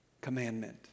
commandment